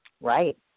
right